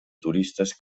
turistes